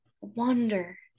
wonder